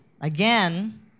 again